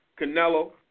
Canelo